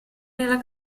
nella